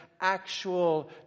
actual